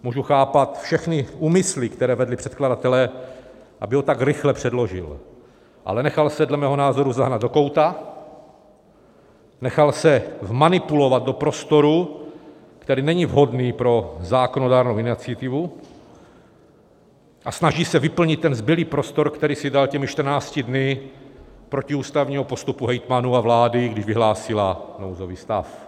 Můžu chápat všechny úmysly, které vedly předkladatele, aby ho tak rychle předložil, ale nechal se dle mého názoru zahnat do kouta, nechal se vmanipulovat do prostoru, který není vhodný pro zákonodárnou iniciativu, a snaží se vyplnit ten zbylý prostor, který si dal těmi čtrnácti dny protiústavního postupu hejtmanů a vlády, když vyhlásila nouzový stav.